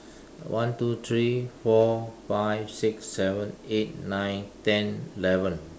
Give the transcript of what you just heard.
one two three four five six seven eight nine ten eleven